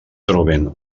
troben